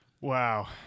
wow